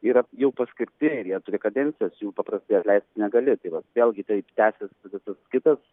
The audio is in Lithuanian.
yra jau paskirti ir jie turi kadencijas jų paprastai atleisti negali tai vat vėlgi taip tęsias visas kitas